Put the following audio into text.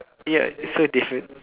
ya so different